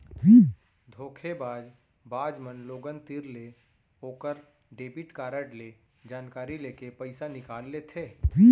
धोखेबाज बाज मन लोगन तीर ले ओकर डेबिट कारड ले जानकारी लेके पइसा निकाल लेथें